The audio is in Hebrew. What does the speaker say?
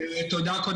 תודה על